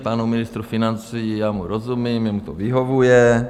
Panu ministru financí, já mu rozumím, jemu to vyhovuje.